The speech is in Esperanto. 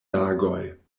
lagoj